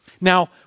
Now